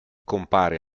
compare